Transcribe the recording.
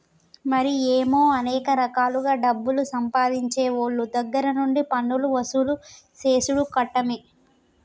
మరి ఏమో అనేక రకాలుగా డబ్బులు సంపాదించేవోళ్ళ దగ్గర నుండి పన్నులు వసూలు సేసుడు కట్టమే